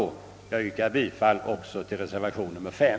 Jag yrkar bifall också till reservation 5.